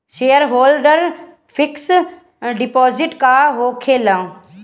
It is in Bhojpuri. सेयरहोल्डर फिक्स डिपाँजिट का होखे ला?